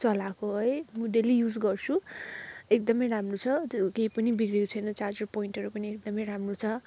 चलाएको है म डेली युज गर्छु एकदमै राम्रो छ केही पनि बिग्रेको छैन चार्जर पोइन्टहरू पनि एकदमै राम्रो छ